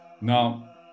Now